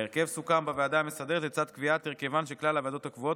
ההרכב סוכם בוועדה המסדרת לצד קביעת הרכבן של כלל הוועדות הקבועות,